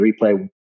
replay